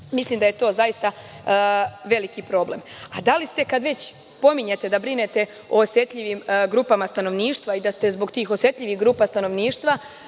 Mislim da je to zaista veliki problem. Kada već pominjete da brinete o osetljivim grupama stanovništva i da ste zbog tih osetljivih grupa stanovništva